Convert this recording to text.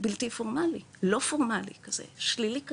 בלתי פורמי, לא פורמלי כזה, שלילי כזה,